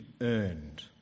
earned